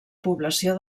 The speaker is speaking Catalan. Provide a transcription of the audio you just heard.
població